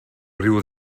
riu